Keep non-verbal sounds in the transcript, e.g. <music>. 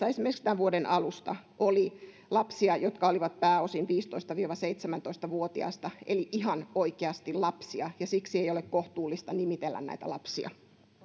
<unintelligible> esimerkiksi tämän vuoden alussa oli lapsia jotka olivat pääosin viisitoista viiva seitsemäntoista vuotiaita eli ihan oikeasti lapsia ja siksi ei ei ole kohtuullista nimitellä näitä lapsia